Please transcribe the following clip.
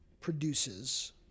produces